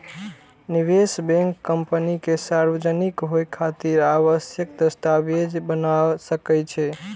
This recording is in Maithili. निवेश बैंक कंपनी के सार्वजनिक होइ खातिर आवश्यक दस्तावेज बना सकै छै